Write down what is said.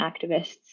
activists